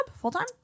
Full-time